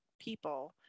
people